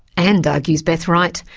and, argues beth wright,